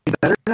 better